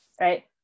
right